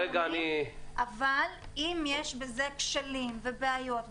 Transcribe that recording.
אבל אם יש בזה כשלים ובעיות,